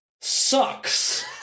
sucks